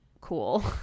cool